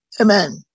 Amen